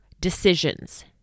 decisions